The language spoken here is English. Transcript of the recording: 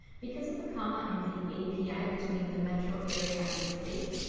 because of the comma in the api between the metro area and state,